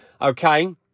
okay